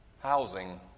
housing